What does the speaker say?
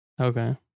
Okay